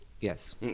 yes